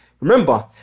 Remember